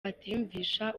atiyumvisha